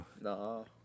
No